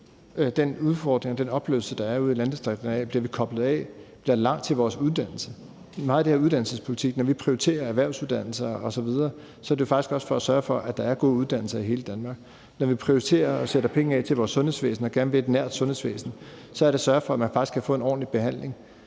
og den oplevelse, der er ude i landdistrikterne, af: Bliver vi koblet af? Bliver der langt til vores uddannelse? Meget af det her er uddannelsespolitik. Når vi prioriterer erhvervsuddannelser osv., er det faktisk også for at sørge for, at der er gode uddannelser i hele Danmark. Når vi prioriterer og sætter penge af til vores sundhedsvæsen og gerne vil et nært sundhedsvæsen, er det for at sørge for, at man faktisk kan få en ordentlig behandling.